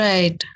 Right